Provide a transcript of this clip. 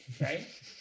right